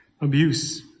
abuse